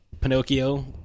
Pinocchio